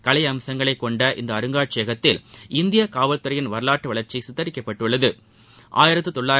கலையம்சங்களை கொண்ட இந்த அருங்காட்சியகத்தில் இந்திய காவல்துறையின் வரலாற்று வளர்ச்சி சித்தரிக்கப்பட்டுள்ளது